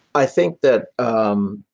i think that um